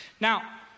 Now